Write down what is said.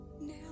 Now